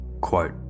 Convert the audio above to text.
Quote